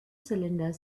cylinder